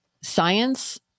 science